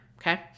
Okay